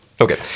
Okay